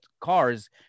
cars